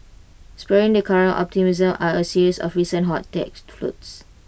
spurring the current optimism are A series of recent hot tech floats